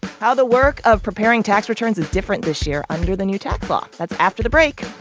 how the work of preparing tax returns is different this year under the new tax law. that's after the break.